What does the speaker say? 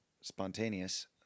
spontaneous